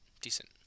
Decent